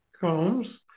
Combs